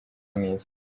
mwiza